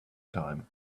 time